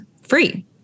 free